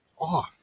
off